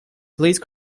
please